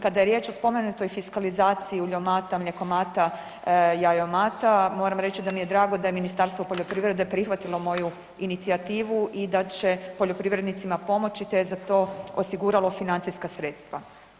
Kada je riječ o spomenutoj fiskalizaciji uljomata, mljekomata, jajomata, moram reći da mi je drago da je Ministarstvo poljoprivrede prihvatilo moju inicijativu i da će poljoprivrednicima pomoći, te je za to osiguralo financijska sredstva.